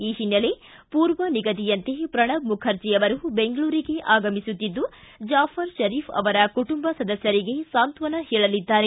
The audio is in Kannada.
ಈ ಹಿನ್ನೆಲೆ ಪೂರ್ವ ನಿಗದಿಯಂತೆ ಪ್ರಣವ್ ಮುಖರ್ಜಿ ಅವರು ಬೆಂಗಳೂರಿಗೆ ಆಗಮಿಸುತ್ತಿದ್ದು ಜಾಫರ್ ಶರೀಫ್ ಅವರ ಕುಟುಂಬ ಸದಸ್ಕರಿಗೆ ಸಾಂತ್ವನ ಹೇಳಲಿದ್ದಾರೆ